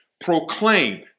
Proclaim